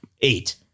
eight